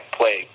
play